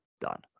Done